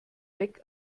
weg